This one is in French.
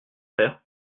faire